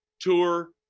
tour